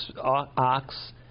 ox